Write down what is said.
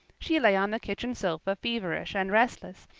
she lay on the kitchen sofa feverish and restless,